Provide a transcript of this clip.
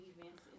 events